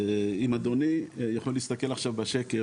אם אדוני יוכל להסתכל בשקף,